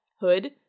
hood